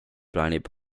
plaanib